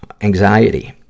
Anxiety